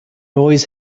always